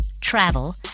travel